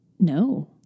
No